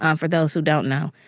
um for those who don't know.